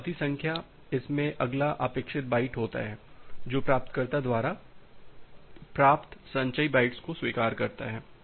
तो पावती संख्या इसमें अगला अपेक्षित बाइट होता है जो प्राप्तकर्ता द्वारा प्राप्त संचयी बाइट्स को स्वीकार करता है